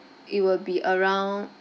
it will be around